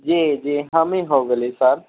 जी जी हमहिं होगेलिये सर